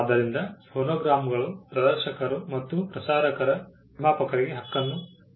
ಆದ್ದರಿಂದ ಫೋನೋಗ್ರಾಮ್ಗಳು ಪ್ರದರ್ಶಕರು ಮತ್ತು ಪ್ರಸಾರಕರ ನಿರ್ಮಾಪಕರಿಗೆ ಹಕ್ಕನ್ನು ವಿಸ್ತರಿಸಲಾಗಿದೆ